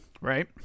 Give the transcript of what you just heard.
right